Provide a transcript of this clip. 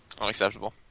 Unacceptable